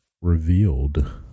revealed